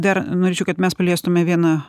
dar norėčiau kad mes paliestume vieną